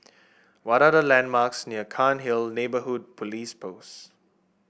what are the landmarks near Cairnhill Neighbourhood Police Post